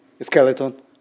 skeleton